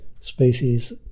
species